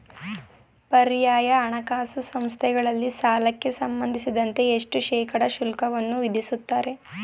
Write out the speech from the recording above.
ಪರ್ಯಾಯ ಹಣಕಾಸು ಸಂಸ್ಥೆಗಳಲ್ಲಿ ಸಾಲಕ್ಕೆ ಸಂಬಂಧಿಸಿದಂತೆ ಎಷ್ಟು ಶೇಕಡಾ ಶುಲ್ಕವನ್ನು ವಿಧಿಸುತ್ತಾರೆ?